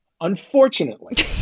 Unfortunately